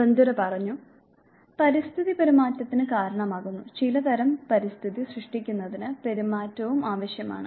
Bandura പറഞ്ഞു പരിസ്ഥിതി പെരുമാറ്റത്തിന് കാരണമാകുന്നു ചില തരം പരിസ്ഥിതി സൃഷ്ടിക്കുന്നതിന് പെരുമാറ്റവും ആവശ്യമാണ്